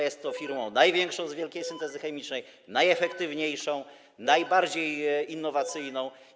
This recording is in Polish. Jest to firma największa z wielkiej syntezy chemicznej, najefektywniejsza, najbardziej innowacyjna.